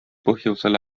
põhjusel